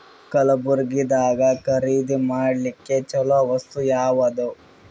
ಕಲಬುರ್ಗಿದಾಗ ಖರೀದಿ ಮಾಡ್ಲಿಕ್ಕಿ ಚಲೋ ವಸ್ತು ಯಾವಾದು?